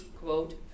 quote